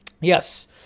Yes